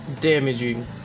damaging